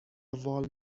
وال